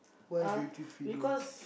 why do you choose Fiido